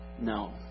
No